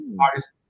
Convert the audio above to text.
artists